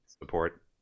support